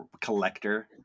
collector